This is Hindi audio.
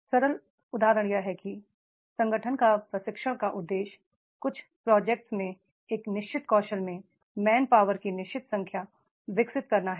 सरल उदाहरण यह है कि संगठनका प्रशिक्षण का उद्देश्य कुछ प्रोजेक्ट में एक निश्चित कौशल में मैनपावर की निश्चित संख्या विकसित करना है